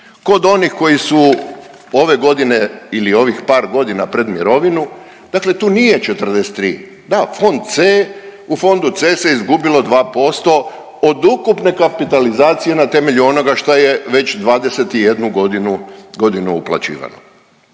Kod onih koji su ove godine ili ovih par godina pred mirovinu dakle tu nije 43, da fond C u fondu C se izgubilo 2% od ukupne kapitalizacije na temelju onoga što je već 21 godinu uplaćivano.